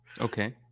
Okay